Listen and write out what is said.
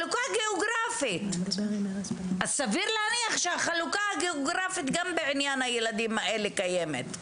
אז סביר להניח שהחלוקה הגיאוגרפית קיימת היא גם בעניין הילדים האלה.